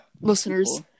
Listeners